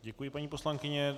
Děkuji, paní poslankyně.